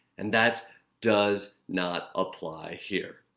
and that does not apply here.